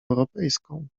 europejską